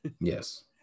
Yes